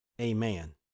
Amen